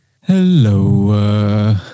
Hello